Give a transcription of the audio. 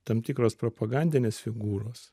tam tikros propagandinės figūros